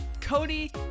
Cody